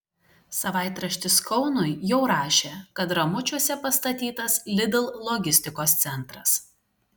savaitraštis kaunui jau rašė kad ramučiuose pastatytas lidl logistikos centras